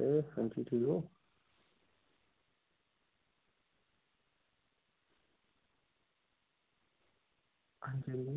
hello hello हां जी नमस्ते नमस्ते हां ठीक हो हां जी हां जी